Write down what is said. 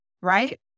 right